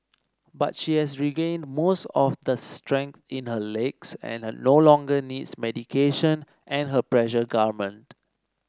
but she has regained most of the strength in her legs and no longer needs medication and her pressure garment